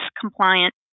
compliant